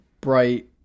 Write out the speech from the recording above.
bright